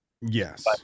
yes